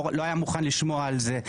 לא היה מוכן לשמוע על זה.